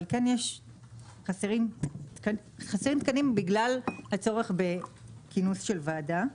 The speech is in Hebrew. חסרים תקנים בגלל הצורך בכינוס של הוועדה.